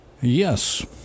Yes